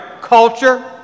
culture